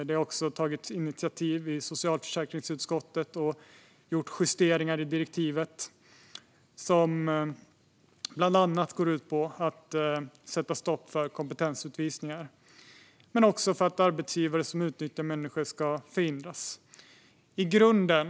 Det har också tagits initiativ i socialförsäkringsutskottet och gjorts justeringar i direktivet som bland annat går ut på att sätta stopp för kompetensutvisningar men också på att arbetsgivare som utnyttjar människor ska förhindras att göra det.